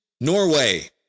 Norway